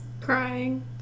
Crying